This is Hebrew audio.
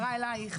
דעתך.